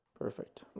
perfect